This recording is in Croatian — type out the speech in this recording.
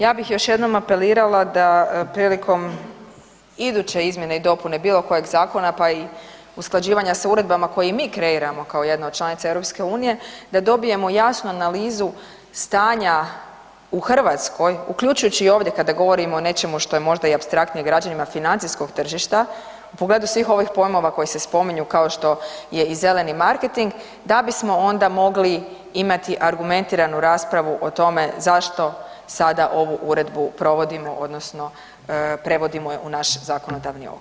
Ja bih još jednom apelirala da prilikom iduće izmjene i dopune bilokojeg zakona pa i usklađivanja sa uredbama koje i mi kreiramo kao jedna od članica EU-a, da dobijemo jasnu analizu stanja u Hrvatskoj, uključujući ovdje kada govorimo o nečemu što je možda i apstraktnije građanima financijskog tržišta u pogledu svih ovih pojmova koji se spominju kao što je i zeleni marketing, da bismo onda mogli imati argumentiranu raspravu o tome zašto sada ovu uredbu provodimo odnosno prevedimo je u naš zakonodavno okvir.